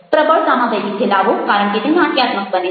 પ્રબળતામાં વૈવિધ્ય લાવો કારણ કે તે નાટ્યાત્મક બને છે